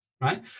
right